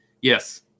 Yes